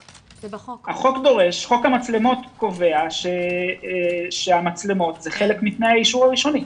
חוק המצלמות קובע שהמצלמות זה חלק מתנאי האישור הראשוני.